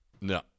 No